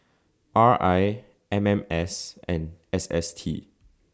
R I M M S and S S T